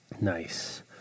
Nice